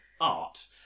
art